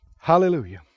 Hallelujah